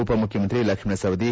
ಉಪ ಮುಖ್ಯಮಂತ್ರಿ ಲಕ್ಷ್ಮಣ್ ಸವದಿ